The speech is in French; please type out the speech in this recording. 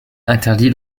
interdit